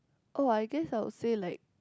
oh I guess I would say like